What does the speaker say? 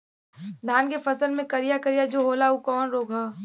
धान के फसल मे करिया करिया जो होला ऊ कवन रोग ह?